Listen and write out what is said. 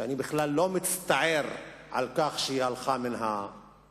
שאני בכלל לא מצטער על כך שהיא עברה מן העולם,